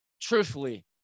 Truthfully